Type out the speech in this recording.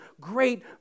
great